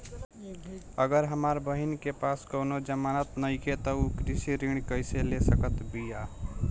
अगर हमार बहिन के पास कउनों जमानत नइखें त उ कृषि ऋण कइसे ले सकत बिया?